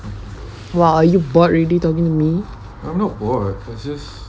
!wah! are you bored already talking to me